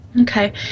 Okay